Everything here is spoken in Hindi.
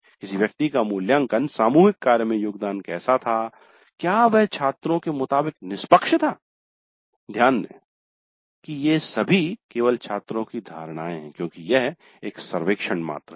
किसी व्यक्ति का मूल्यांकन सामूहिक कार्य में योगदान कैसा था क्या वह छात्रों के मुताबिक निष्पक्ष था ध्यान दें कि ये सभी केवल छात्रों की धारणाएं हैं क्योंकि यह एक सर्वेक्षण मात्र है